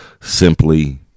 simply